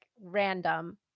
random